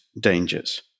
dangers